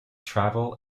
travel